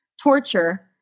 torture